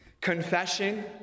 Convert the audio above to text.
Confession